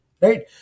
Right